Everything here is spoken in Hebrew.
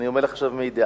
אני אומר לך עכשיו מידיעה,